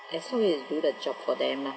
as long as do the job for them lor